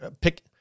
pick